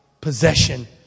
possession